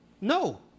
no